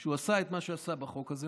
הוא עשה את מה שעשה בחוק הזה,